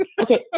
Okay